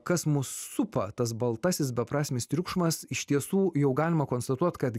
kas mus supa tas baltasis beprasmis triukšmas iš tiesų jau galima konstatuot kad